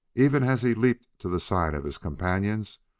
even as he leaped to the side of his companions,